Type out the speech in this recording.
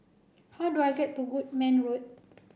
how do I get to Goodman Road